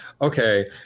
okay